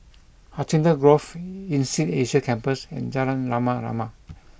Hacienda Grove Insead Asia Campus and Jalan Rama Rama